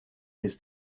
his